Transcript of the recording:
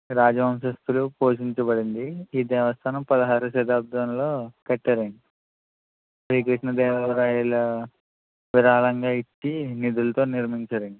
రాజవంశస్తులు పోషించబడింది ఈ దేవస్థానం పదహారు శతాబ్దంలో కట్టారండి శ్రీకృష్ణదేవరాయల విరాళంగా ఇచ్చి నిధులతో నిర్మించారండి